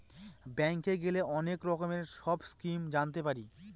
ব্যাঙ্কে গেলে অনেক রকমের সব স্কিম জানতে পারি